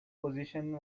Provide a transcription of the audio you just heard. position